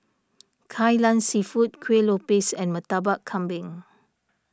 Kai Lan Seafood Kuih Lopes and Murtabak Kambing